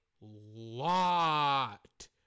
lot